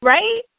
Right